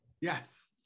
Yes